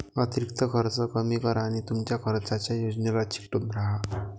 अतिरिक्त खर्च कमी करा आणि तुमच्या खर्चाच्या योजनेला चिकटून राहा